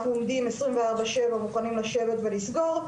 אנחנו עובדים עשרים וארבע-שבע לשבת ולסגור,